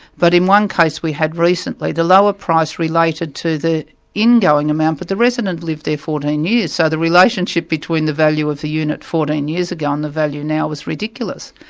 but in one case we had recently, the lower price related to the ingoing amount, but the resident lived there fourteen years, so the relationship between the value of the unit fourteen years ago and the value now, was ridiculous.